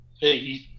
hey –